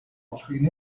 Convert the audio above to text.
болохыг